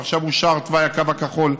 ועכשיו אושר תוואי הקו הכחול,